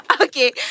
Okay